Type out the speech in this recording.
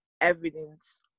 evidence